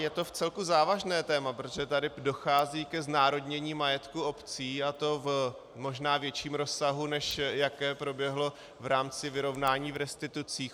Je to vcelku závažné téma, protože tady dochází ke znárodnění majetku obcí, a to v možná ve větším rozsahu, než jaké proběhlo v rámci vyrovnání v restitucích.